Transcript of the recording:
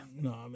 No